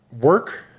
Work